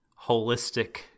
holistic